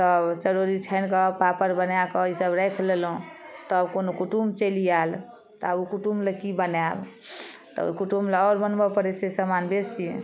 तब चरौरी छानि कऽ पापड़ बनाकऽ ई सब राखि लेलहुँ तब कोनो कुटुम्ब चलि आयल तऽ आब ओ कुटुम्ब लए की बनायब तऽ ओ कुटुम्ब लए आओर बनबऽ पड़ै छै सामान बेसी